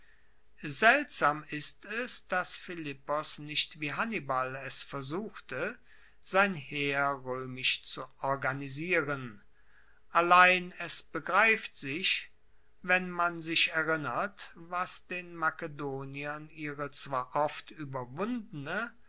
seltsam ist es dass philippos nicht wie hannibal es versuchte sein heer roemisch zu organisieren allein es begreift sich wenn man sich erinnert was den makedoniern ihre zwar oft ueberwundene